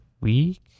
week